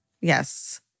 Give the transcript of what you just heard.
Yes